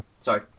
Sorry